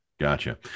Gotcha